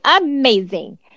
amazing